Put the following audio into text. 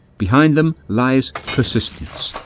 behind them lies persistence.